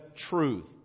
truth